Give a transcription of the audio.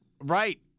right